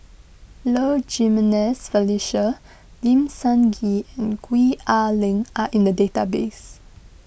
Low Jimenez Felicia Lim Sun Gee and Gwee Ah Leng are in the database